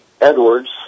Edwards